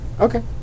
okay